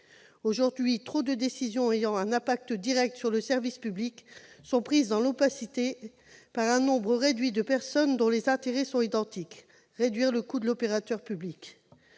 Aujourd'hui, trop de décisions ayant un impact direct sur le service public sont prises dans l'opacité par un nombre réduit de personnes, dont les intérêts sont identiques : réduire le coût de l'opérateur public.